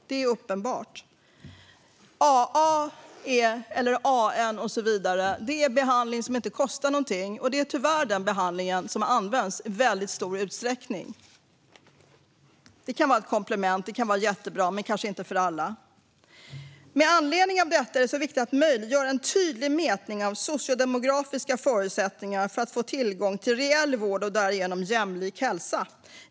Det är uppenbart. AA och AN är behandlingar som inte kostar något, och de är tyvärr de behandlingar som används i väldigt stor utsträckning. De kan vara jättebra som komplement, men kanske inte för alla. Med anledning av detta är det så viktigt att möjliggöra en tydlig mätning av sociodemografiska förutsättningar för att få tillgång till reell vård och därigenom jämlik hälsa.